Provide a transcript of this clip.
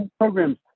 programs